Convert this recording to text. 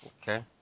Okay